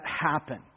happen